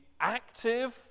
active